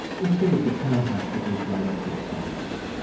let's say it's a townhouse that goes right up to the sidewalk.